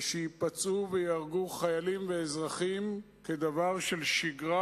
ושייפצעו וייהרגו חיילים ואזרחים כדבר של שגרה,